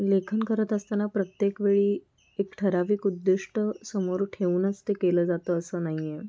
लेखन करत असताना प्रत्येक वेळी एक ठराविक उद्दिष्ट समोर ठेवूनच ते केलं जातं असं नाही आहे